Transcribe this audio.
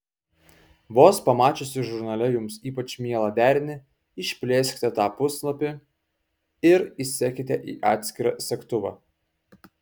vos pamačiusi žurnale jums ypač mielą derinį išplėskite tą puslapį ir įsekite į atskirą segtuvą